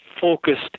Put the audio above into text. focused